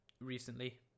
recently